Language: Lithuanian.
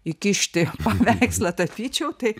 įkišti paveikslą tapyčiau tai